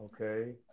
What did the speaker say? Okay